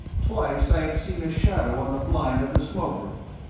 twice i have seen a shadow on the blind of the smoke-room.